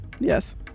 Yes